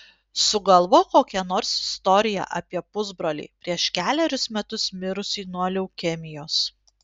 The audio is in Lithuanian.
sugalvok kokią nors istoriją apie pusbrolį prieš kelerius metus mirusį nuo leukemijos